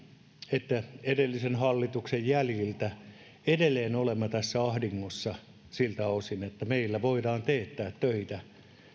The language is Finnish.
että edellisen hallituksen jäljiltä edelleen olemme tässä ahdingossa siltä osin että meillä voidaan teettää töitä